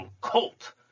Colt